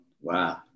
Wow